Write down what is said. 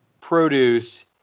produce